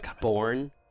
born